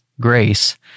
grace